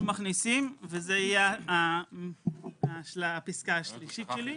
אנחנו מכניסים וזו תהיה הפסקה השלישית שלי.